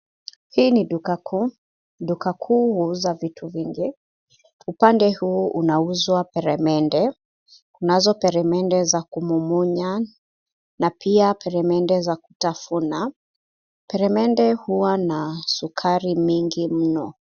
Hii ni duka kuu. Duka kuu huuza vitu vingi. Upande huu unauzwa peremende. Kunazo peremende za kumumunya na pia peremende za kutafuna. Peremende huwa na sukari mingi mno.